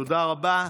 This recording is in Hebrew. תודה רבה.